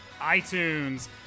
iTunes